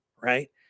Right